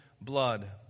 blood